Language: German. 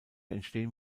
entstehen